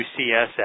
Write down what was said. UCSF